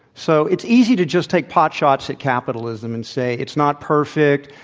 so it's easy to just take pot-shots at capitalism and say, it's not perfect.